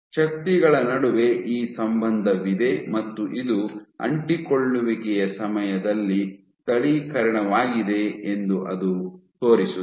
ಶಕ್ತಿಗಳ ನಡುವೆ ಈ ಸಂಬಂಧವಿದೆ ಮತ್ತು ಇದು ಅಂಟಿಕೊಳ್ಳುವಿಕೆಯ ಸಮಯದಲ್ಲಿ ಸ್ಥಳೀಕರಣವಾಗಿದೆ ಎಂದು ಇದು ತೋರಿಸುತ್ತದೆ